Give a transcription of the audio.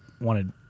wanted